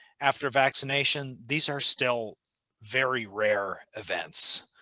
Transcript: after vaccination these are still very rare events.